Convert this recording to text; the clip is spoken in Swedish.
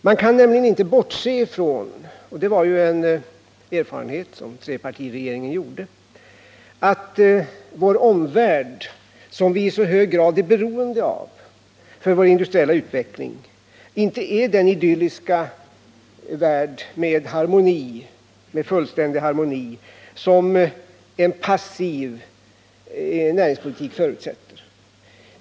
Man kan nämligen inte bortse från — det var en erfarenhet som trepartiregeringen gjorde — att vår omvärld, som vi i så hög grad är beroende av för vår industriella utveckling, inte är den idylliska värld i fullständig harmoni som en passiv näringspolitik förutsätter.